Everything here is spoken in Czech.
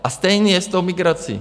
A stejně s tou migrací.